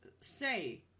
Say